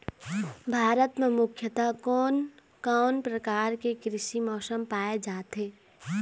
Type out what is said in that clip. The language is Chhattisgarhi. भारत म मुख्यतः कोन कौन प्रकार के कृषि मौसम पाए जाथे?